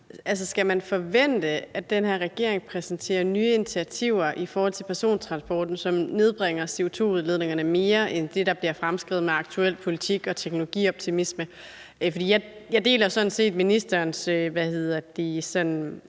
Skal man forvente, at den her regering præsenterer nye initiativer i forhold til persontransporten, som nedbringer CO2-udledningerne mere end det, der bliver fremskrevet med aktuel politik og teknologioptimisme? Jeg deler sådan set ministerens